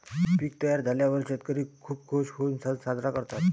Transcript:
पीक तयार झाल्यावर शेतकरी खूप खूश होऊन सण साजरा करतात